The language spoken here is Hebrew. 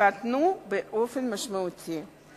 יקטנו באופן משמעותי.